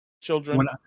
Children